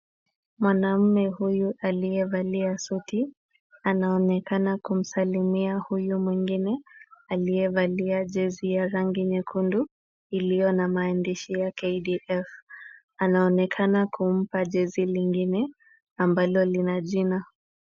Mwanamme huyu aliyevalia suti, anaonekana kumsalimia huyu mwingine aliyevalia jezi ya rangi nyekundu, iliyo na maandishi ya KDF. Anaonekana kumpa jezi lingine ambalo lina jina.